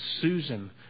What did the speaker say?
Susan